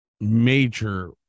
major